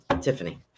Tiffany